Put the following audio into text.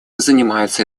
занимаются